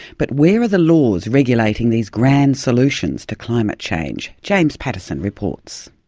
but where are the laws regulating these grand solutions to climate change? james pattison reports.